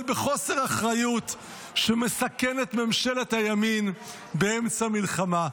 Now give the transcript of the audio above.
בחוסר אחריות שמסכן את ממשלת הימין באמצע מלחמה.